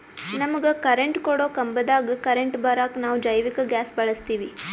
ನಮಗ ಕರೆಂಟ್ ಕೊಡೊ ಕಂಬದಾಗ್ ಕರೆಂಟ್ ಬರಾಕ್ ನಾವ್ ಜೈವಿಕ್ ಗ್ಯಾಸ್ ಬಳಸ್ತೀವಿ